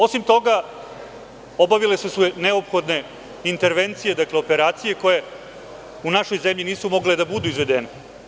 Osim toga, obavile su se neophodne intervencije, operacije koje u našoj zemlji nisu mogle da budu izvedene.